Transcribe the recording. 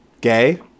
Gay